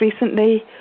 recently